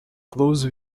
close